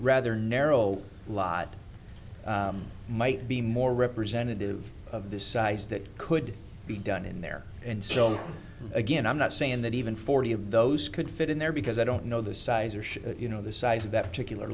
rather narrow lot might be more representative of this size that could be done in there and so again i'm not saying that even forty of those could fit in there because i don't know the size or shape you know the size of that particular